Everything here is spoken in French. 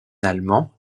allemand